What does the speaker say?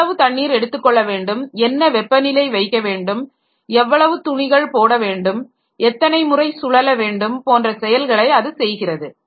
எவ்வளவு தண்ணீர் எடுத்துக்கொள்ள வேண்டும் என்ன வெப்பநிலை வைக்க வேண்டும் எவ்வளவு துணிகள் போட வேண்டும் எத்தனை முறை சுழல வேண்டும் போன்ற செயல்களை அது செய்கிறது